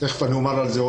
ותכף אני אדבר על זה,